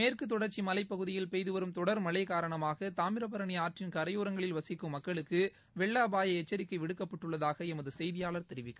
மேற்குத்தொடர்ச்சி மலைப்பகுதியில் பெய்து வரும் தொடர் மழை காரணமாக தாமிரபரணி ஆற்றின் கரையோரங்களில் வசிக்கும் மக்களுக்கு வெள்ள அபாய எச்சரிக்கை விடுக்கப்பட்டுள்ளதாக எமது செய்தியாளர் தெரிவிக்கிறார்